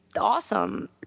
awesome